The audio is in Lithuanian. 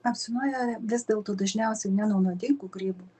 apsinuodija vis dėlto dažniausiai ne nuo nuodingų grybų